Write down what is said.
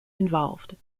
involved